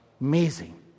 Amazing